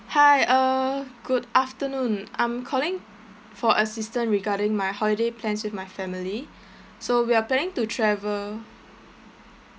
hi uh good afternoon I'm calling for assistance regarding my holiday plans with my family so we are planning to travel